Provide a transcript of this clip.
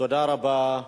תודה רבה.